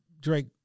Drake